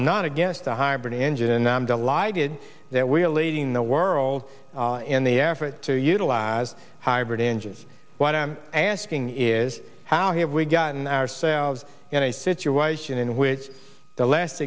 i'm not against the hybrid engine and i'm delighted that we are leading the world in the effort to utilize as hybrid engines what i'm asking is how have we gotten ourselves into a situation in which the less